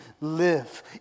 live